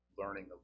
learning